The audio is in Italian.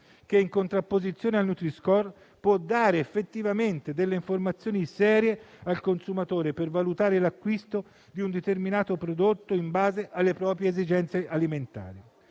che, in contrapposizione al nutri-score, può dare effettivamente informazioni serie al consumatore per valutare l'acquisto di un determinato prodotto in base alle proprie esigenze alimentari.